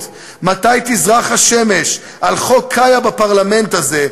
מתי תזרח השמש על חוק קאיה בפרלמנט הזה,